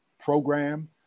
Program